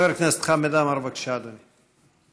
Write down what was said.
חבר הכנסת חמד עמאר, בבקשה, אדוני.